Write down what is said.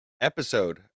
episode